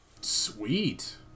Sweet